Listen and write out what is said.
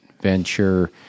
venture